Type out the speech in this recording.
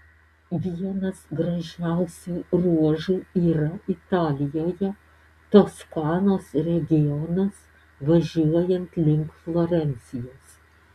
vienas gražiausių ruožų yra italijoje toskanos regionas važiuojant link florencijos